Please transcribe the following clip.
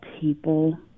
people